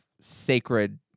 sacred